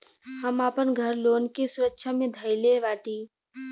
हम आपन घर लोन के सुरक्षा मे धईले बाटी